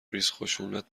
ریزخشونت